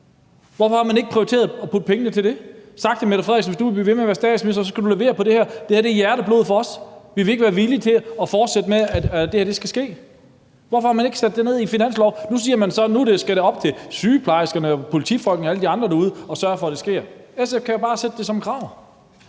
hvorfor har man ikke prioriteret at bruge pengene til det? Hvorfor har man ikke sagt til statsministeren: Hvis du vil blive ved med at være statsminister, skal du levere på det her, for det er hjerteblod for os, og vi vil ikke være villige til at fortsætte med, at det her skal ske? Hvorfor har man ikke fået det med i finansloven? Nu siger man, at det skal være op til sygeplejerskerne, politifolkene og alle de andre derude at sørge for, at det sker. SF kan jo bare stille det som et krav.